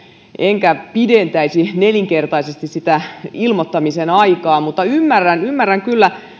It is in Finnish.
enkä pidentäisi nelinkertaiseksi sitä ilmoittamisen aikaa mutta ymmärrän ymmärrän kyllä